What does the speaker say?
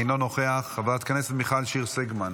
אינו נוכח, חברת הכנסת מיכל שיר סגמן,